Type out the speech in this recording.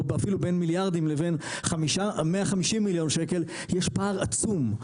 או אפילו בין מיליארדים לבין 150 מיליון שקל יש פער עצום,